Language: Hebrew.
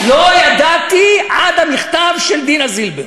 לא ידעתי עד המכתב של דינה זילבר.